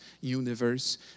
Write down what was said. universe